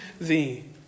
thee